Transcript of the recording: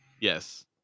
Yes